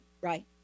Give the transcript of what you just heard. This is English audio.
right